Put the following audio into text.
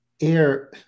air